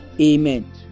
Amen